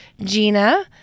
Gina